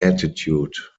attitude